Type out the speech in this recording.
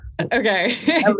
Okay